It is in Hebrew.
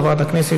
10826,